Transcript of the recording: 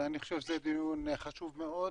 אני חושב שזה דיון חשוב מאוד.